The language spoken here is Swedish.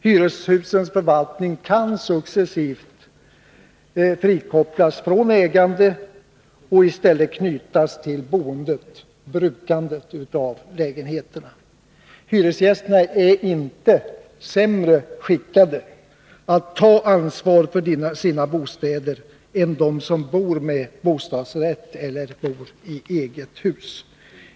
Hyreshusens förvaltning kan successivt frikopplas från ägandet och i stället knytas till boendet, brukandet, av lägenheterna. Hyresgästerna är inte sämre skickade att ta ansvar för sina bostäder än de som bor med bostadsrätt eller de som bor i eget hus.